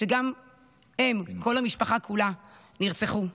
שגם הם, כל המשפחה כולה נרצחו.